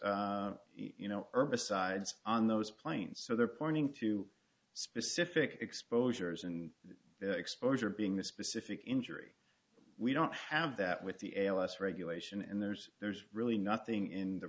you know herbicides on those planes so they're pointing to specific exposures and exposure being the specific injury we don't have that with the last regulation and there's there's really nothing in the